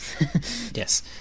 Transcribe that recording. Yes